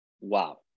wow